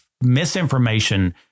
misinformation